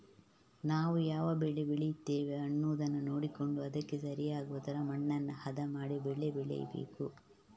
ನಾವು ಯಾವ ಬೆಳೆ ಬೆಳೀತೇವೆ ಅನ್ನುದನ್ನ ನೋಡಿಕೊಂಡು ಅದಕ್ಕೆ ಸರಿ ಆಗುವ ತರ ಮಣ್ಣನ್ನ ಹದ ಮಾಡಿ ಬೆಳೆ ಬೆಳೀಬೇಕು